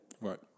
Right